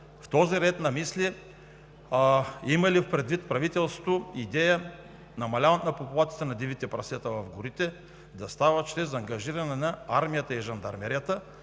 В този ред на мисли, има ли предвид правителството идея – намаляването на популацията на дивите прасета в горите да става чрез ангажиране на армията и жандармерията,